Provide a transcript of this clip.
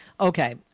Okay